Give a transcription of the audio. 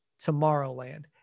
Tomorrowland